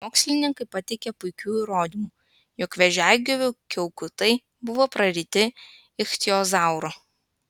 mokslininkai pateikė puikių įrodymų jog vėžiagyvių kiaukutai buvo praryti ichtiozauro